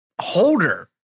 holder